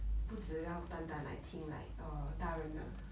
不只要淡淡 like 听 like err 大人的